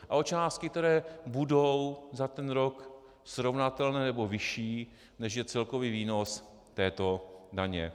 A o částky, které budou za ten rok srovnatelné nebo vyšší, než je celkový výnos této daně.